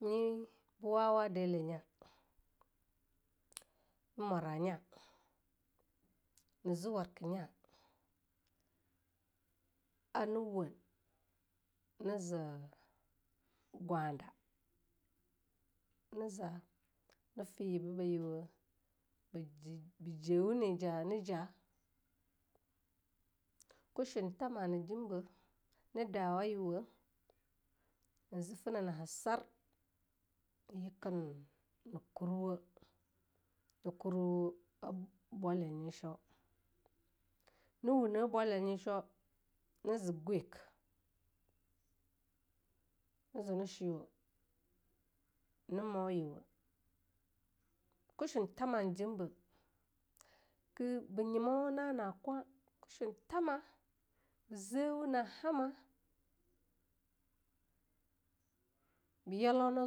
Nyi ba wawa deleh nya, ni mora nya, ni zi warka nya ana wun na ze-gwada, na za ne foe yibebayuwe be kewe neja ne ja, ke shun tama ne jimbe, ne dawa yuwa na zi funaha, naha sar ne yeken-ne kurwe, ne kurwe bolyayi shoe. na wune bolyayi shoe ne ze auyuk ne ze shwaeyuwe na mouyewe, ke shun tama jimbe ke be yimou na'a na-kwa ke shun tama, be zewo na hama-ba yalau be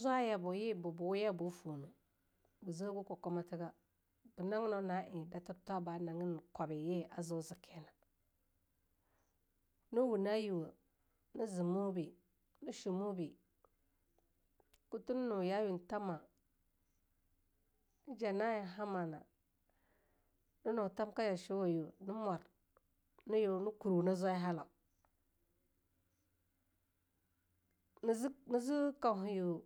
zwaya boe ye be zewoge kokomataga ba naganau na'ei a datirtoe ba nagin kwabya ye a zo zeken na wuna yuwe ne ze mubi neshwe mubi kute na nue yayue tama naja na'ei hama na, na nue tamka yashowayuwe na mor ne yue ne kurwe na zwai halau. ne zine zi kauha yuwe.